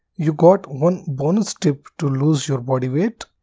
you got one bonus tip to lose your body weight,